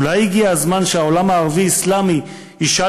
אולי הגיע הזמן שהעולם הערבי-אסלאמי ישאל